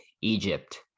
Egypt